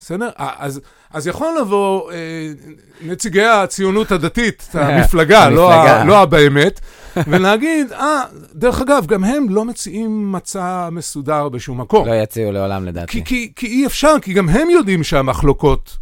בסדר? אז יכול לבוא נציגי הציונות הדתית, מפלגה, לא הבאמת, ולהגיד, דרך אגב, גם הם לא מציעים מצע מסודר בשום מקום. לא יוציאו לעולם, לדעתי. כי אי אפשר, כי גם הם יודעים שהמחלוקות...